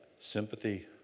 sympathy